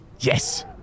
Yes